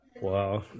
Wow